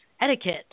etiquette